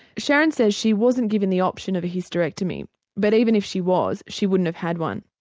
sharon says she wasn't given the option of a hysterectomy but even if she was she wouldn't have had one.